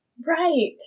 Right